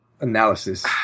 analysis